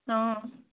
অঁ